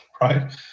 right